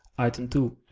item two